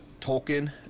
Tolkien